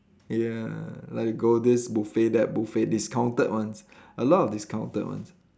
ya like we go this buffet that buffet discounted ones a lot of discounted ones